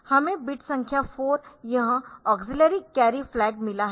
हमें बिट संख्या 4 पर यह ऑक्सिलिअरि कैरी फ्लैग मिला है